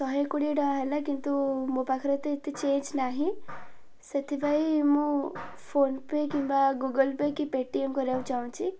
ଶହେ କୋଡ଼ିଏ ଟଙ୍କା ହେଲା କିନ୍ତୁ ମୋ ପାଖରେ ତ ଏତେ ଚେଞ୍ଜ ନାହିଁ ସେଥିପାଇଁ ମୁଁ ଫୋନପେ କିମ୍ବା ଗୁଗୁଲ୍ ପେ କି ପେଟିଏମ୍ କରିବାକୁ ଚାହୁଁଚି